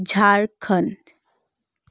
Jharkhand